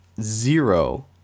zero